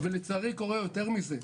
לצערי קורה יותר מזה,